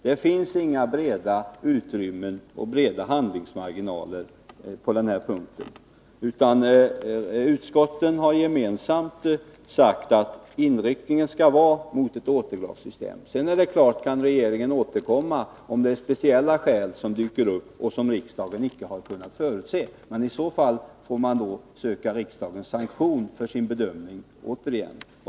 Det finns inga breda utrymmen och breda handlingsmarginaler på den här punkten. Utskottet har enhälligt sagt att riktningen skall vara mot ett återglassystem. Sedan kan regeringen återkomma om speciella skäl dyker upp som riksdagen inte har kunnat förutse. I så fall får man söka riksdagens sanktion för sin bedömning återigen.